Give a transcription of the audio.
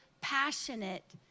passionate